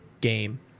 game